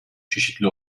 çeşitli